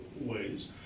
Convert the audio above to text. ways